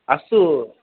अस्तु